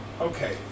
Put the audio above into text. Okay